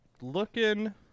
Looking